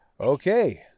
Okay